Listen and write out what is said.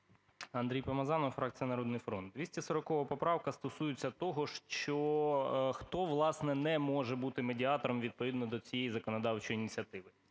АндрійПомазанов, фракція "Народний фронт". 240 поправка стосується того, що хто, власне, не може бути медіатором відповідно до цієї законодавчої ініціативи.